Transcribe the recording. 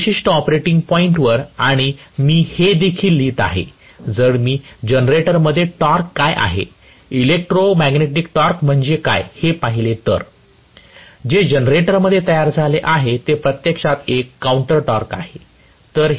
त्या विशिष्ट ऑपरेटिंग पॉईंटवर आणि मी हे देखील लिहित आहे जर मी जनरेटरमध्ये टॉर्क काय आहे इलेक्ट्रोमॅग्नेटिक टॉर्क म्हणजे काय हे पाहिले तर जे जनरेटर मध्ये तयार झाले आहे ते प्रत्यक्षात एक काउंटर टॉर्क आहे